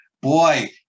Boy